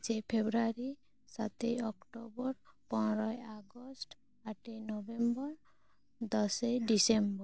ᱯᱟᱸᱪᱮᱭ ᱯᱷᱮᱵᱨᱩᱣᱟᱨᱤ ᱥᱟᱛᱮᱭ ᱚᱠᱴᱚᱵᱚᱨ ᱯᱚᱱᱮᱨᱚᱭ ᱟᱜᱚᱥᱴ ᱟᱴᱮᱭ ᱱᱚᱵᱮᱢᱵᱳᱨ ᱫᱚᱥᱮᱭ ᱰᱤᱥᱮᱢᱵᱚᱨ